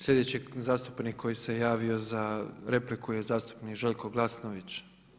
Slijedeći zastupnik koji se javio za repliku je zastupnik Željko Glasnović.